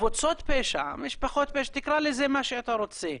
קבוצות פשע, תקרא לזה מה שאתה רוצה,